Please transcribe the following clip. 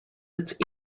its